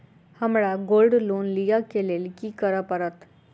हमरा gold loan लिय केँ लेल की करऽ पड़त?